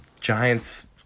Giants